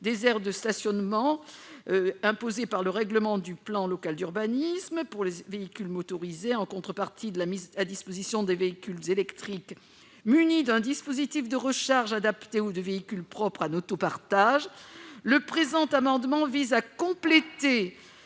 des aires de stationnement imposées par le règlement du plan local d'urbanisme pour les véhicules motorisés, en contrepartie de la mise à disposition de véhicules électriques munis d'un dispositif de recharge adapté ou de véhicules propres en autopartage. Le présent amendement vise à compléter